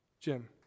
Jim